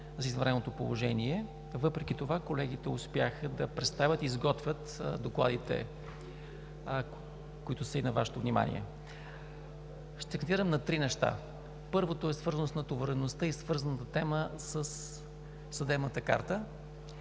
за извънредното положение. Въпреки това колегите успяха да представят и изготвят докладите, които са на Вашето внимание. Ще акцентирам на три неща. Първото е свързано с натовареността и свързаната тема със съдебната карта,